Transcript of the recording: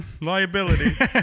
liability